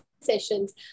sessions